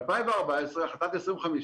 ב-2014, החלטה מס' 2050